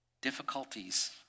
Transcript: difficulties